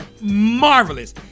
marvelous